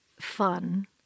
fun